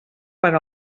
per